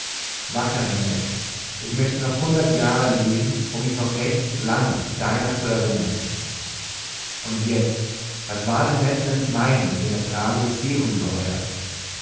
wackerer ned ich möchte noch hundert jahre leben um mich noch recht lange deiner zu erinnern und jetzt was war denn ned lands meinung in der frage des